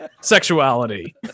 sexuality